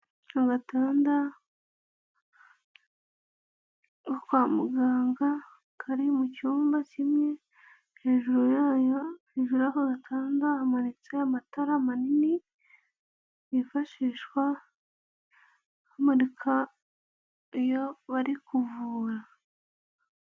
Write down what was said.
Agatanda ko kwa muganga, kari mu cyumba kimwe, hejuru yayo hejuru y'ako gatanda hamanitse amatara manini yifashishwa bamurika iyo bari kuvura.